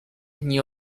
nie